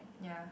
ya